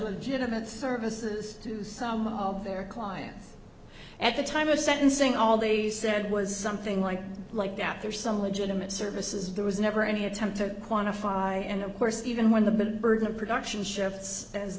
legitimate services to some of their clients at the time of sentencing all they said was something like like that there are some legitimate services there was never any attempt to quantify and of course even when the burden of production shifts as